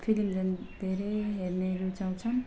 film झन् धेरै हेर्ने रुचाउँछन्